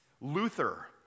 Luther